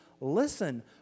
listen